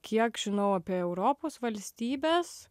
kiek žinau apie europos valstybes